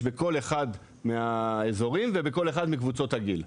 בכל אחד מהאזורים ובכל אחד מקבוצות הגיל.